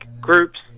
groups